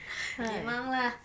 memang lah